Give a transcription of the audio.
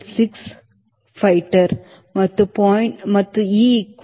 015 e 0